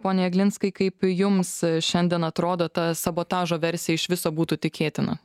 poniai jeglinskai kaip jums šiandien atrodo ta sabotažo versija iš viso būtų tikėtina